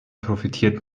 profitiert